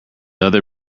other